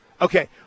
Okay